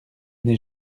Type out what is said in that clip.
n’ai